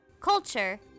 Culture